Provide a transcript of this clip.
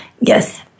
Yes